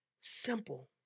simple